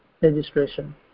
registration